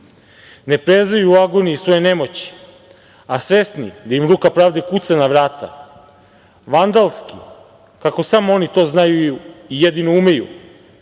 ne prezaju u agoniji svoje nemoći, a svesni da im ruka pravde kuca na vrata, vandalski, kako samo oni to znaju i jedino umeju,